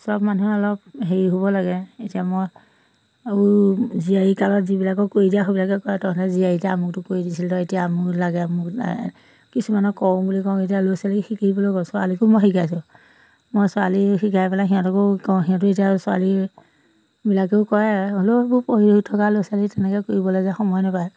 সব মানুহে অলপ হেৰি হ'ব লাগে এতিয়া মই আৰু জীয়াৰী কালত যিবিলাকক কৰি দিয়া সেইবিলাকে কয় তহঁতে জীয়াৰীতে আমুকটো কৰি দিছিলি তই এতিয়া আমুক লাগে তমুক কিছুমানক কওঁ বুলি কওঁ এতিয়া ল'ৰা ছোৱালীক শিকিবলৈ হ'ল ছোৱালীকো মই শিকাইছোঁ মই ছোৱালীক শিকাই পেলাই সিহঁতকো কওঁ সিহঁতে এতিয়া ছোৱালীবিলাকেও কয় হ'লেও সেইবোৰ পঢ়ি থকা ল'ৰা ছোৱালী তেনেকৈ কৰিবলৈ যে সময় নাপায়